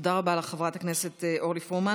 תודה רבה לך, חברת הכנסת אורלי פרומן.